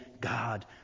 God